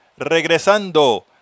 regresando